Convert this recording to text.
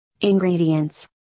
Ingredients